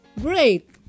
great